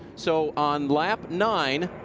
so on lap nine,